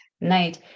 night